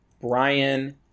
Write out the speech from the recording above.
Brian